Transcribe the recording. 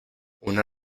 una